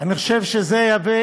אני חושב שזה יביא